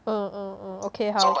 mm mm mm okay 好